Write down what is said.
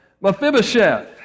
Mephibosheth